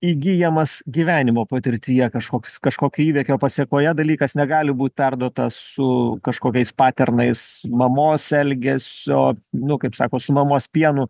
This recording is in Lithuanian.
įgyjamas gyvenimo patirtyje kažkoks kažkokio įvykio pasekoje dalykas negali būt perduotas su kažkokiais paternais mamos elgesio nu kaip sako su mamos pienu